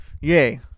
Yay